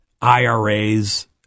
IRAs